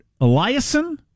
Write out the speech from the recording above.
Eliason